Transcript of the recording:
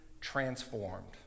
transformed